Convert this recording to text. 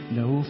no